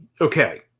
okay